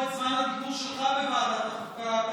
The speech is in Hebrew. אם נספור את זמן הדיבור שלך בוועדת החוקה,